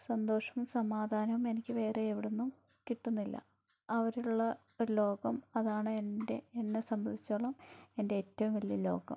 സന്തോഷം സമാധാനം എനിക്ക് വേറെ എവിടെന്നും കിട്ടുന്നില്ല അവരുള്ള ലോകം അതാണ് എൻ്റെ എന്നെ സംബന്ധിച്ചോളം എൻ്റെ ഏറ്റവും വലിയ ലോകം